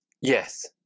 Yes